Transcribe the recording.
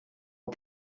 het